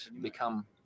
become